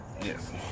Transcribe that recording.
Yes